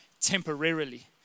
temporarily